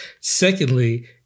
Secondly